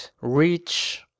reach